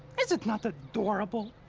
is it not adorable?